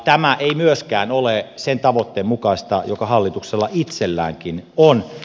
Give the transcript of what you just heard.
tämä ei myöskään ole sen tavoitteen mukaista joka hallituksella itselläänkin on